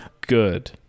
good